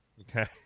Okay